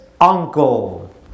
uncle